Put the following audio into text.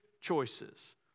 choices